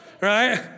right